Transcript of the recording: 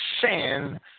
sin